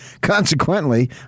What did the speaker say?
consequently